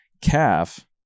calf